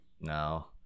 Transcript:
No